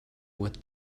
with